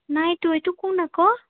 নাইতো এইটো কোন আকৌ